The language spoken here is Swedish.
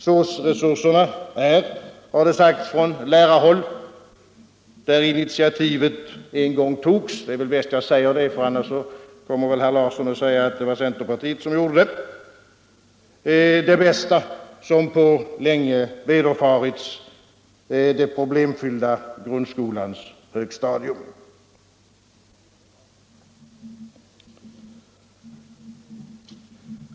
SÅS-resursen är det bästa som på länge vederfarits det problemfyllda grundskolans högstadium har det sagts från lärarhåll, där initiativet en gång togs — det är bäst att jag säger det; annars säger väl herr Larsson att det togs av centerpartiet.